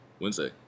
Wednesday